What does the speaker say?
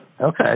Okay